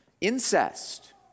Incest